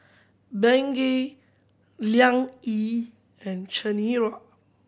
Bengay Liang Yi and Chanira